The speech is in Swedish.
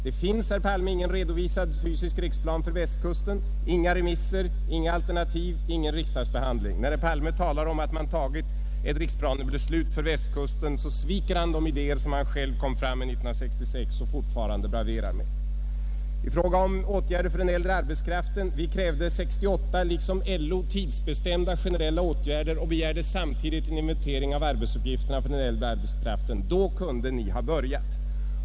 Det finns, herr Palme, ingen redovisad fysisk riksplan för Västkusten, inga remisser, inga alternativ, ingen riksdagsbehandling. När herr Palme talar om att man tagit ett riksplanebeslut för Västkusten, så sviker han de idder som han själv förde fram 1966 och fortfarande braverar med. I fråga om åtgärder för den äldre arbetskraften krävde vi år 1968 liksom LO tidsbestämda generella åtgärder och begärde samtidigt en inventering av arbetsuppgifter för den äldre arbetskraften. Då kunde ni ha börjat.